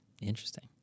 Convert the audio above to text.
Interesting